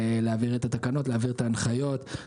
להעביר את התקנות וההנחיות.